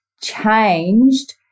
changed